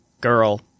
Girl